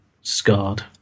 scarred